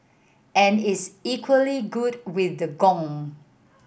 and is equally good with the gong